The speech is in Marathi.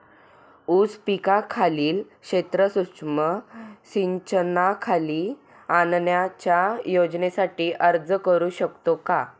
ऊस पिकाखालील क्षेत्र सूक्ष्म सिंचनाखाली आणण्याच्या योजनेसाठी अर्ज करू शकतो का?